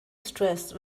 stressed